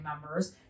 members